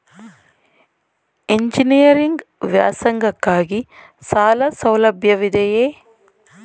Engineering ವ್ಯಾಸಂಗಕ್ಕಾಗಿ ಸಾಲ ಸೌಲಭ್ಯವಿದೆಯೇ?